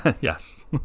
yes